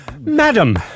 Madam